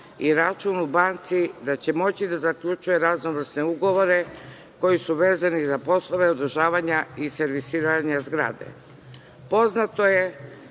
i račun u banci, da će moći da zaključuje raznovrsne ugovore koji su vezani za poslove održavanja i servisiranja zgrade. Poznato